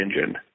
engine